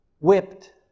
whipped